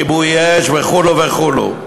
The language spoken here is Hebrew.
כיבוי אש וכו' וכו'.